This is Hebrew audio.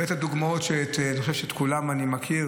הבאת דוגמאות שאני חושב שאת כולן אני מכיר.